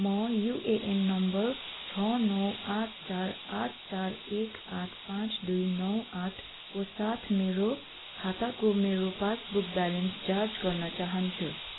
म UAN number छ नौ आठ चार आठ चार एक आठ पाँच दुई नौ आठको साथ मेरो खाताको मेरो पासबुक ब्यालेन्स जाँच गर्न चाहन्छु